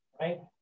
right